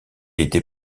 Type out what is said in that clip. était